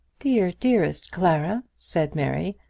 dear, dearest clara, said mary